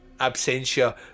Absentia